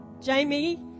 Jamie